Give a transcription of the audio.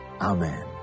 Amen